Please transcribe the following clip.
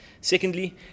Secondly